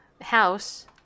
house